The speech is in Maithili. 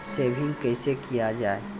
सेविंग कैसै किया जाय?